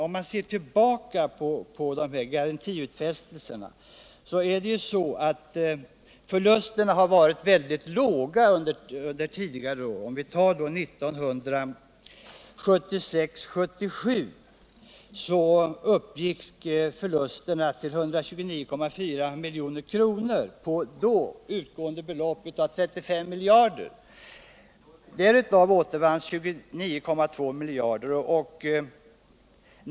Ser man tillbaka på garantiutfästelserna, finner man att förlusterna tidigare har varit mycket låga. 1976 och 1977 uppgick de till 129,4 milj.kr. på det då utgående beloppet 35 miljarder kronor. Därav återvanns 29,2 miljoner.